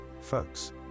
folks